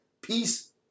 peace